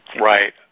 Right